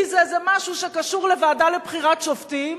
כי זה איזה משהו שקשור לוועדה לבחירת שופטים,